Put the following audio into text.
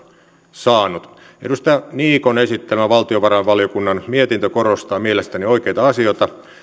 saanut edustaja niikon esittelemä valtiovarainvaliokunnan mietintö korostaa mielestäni oikeita asioita